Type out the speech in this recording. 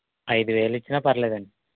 ఐదు వేలు ఇచ్చినా పర్లేదండి